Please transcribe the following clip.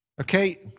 Okay